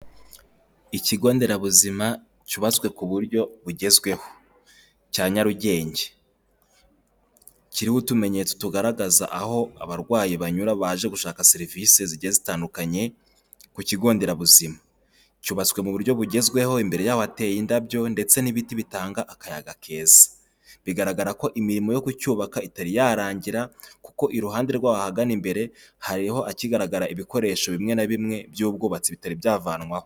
Ikigo nderabuzima cyubatswe ku buryo bugezweho cya Nyarugenge, kiriho utumenyetso tugaragaza aho abarwayi banyura baje gushaka serivise zigiye zitandukanye ku kigo nderabuzima, cyubatswe mu buryo bugezweho imbere yaho hateye indabyo ndetse n'ibiti bitanga akayaga keza, bigaragara ko imirimo yo kucyubaka itari yarangira kuko iruhande rwaho ahagana imbere hari ahakigaragara ibikoresho bimwe na bimwe by'ubwubatsi bitari byavanwaho.